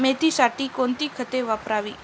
मेथीसाठी कोणती खते वापरावी?